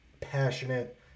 passionate